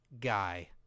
guy